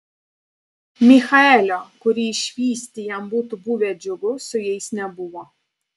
michaelio kurį išvysti jam būtų buvę džiugu su jais nebuvo